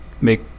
make